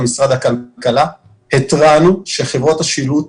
למשרד הכלכלה והתרענו שחברות השילוט,